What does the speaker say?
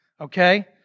Okay